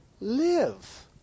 live